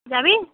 যাবি